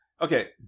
Okay